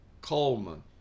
Coleman